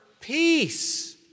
peace